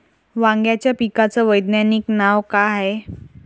वांग्याच्या पिकाचं वैज्ञानिक नाव का हाये?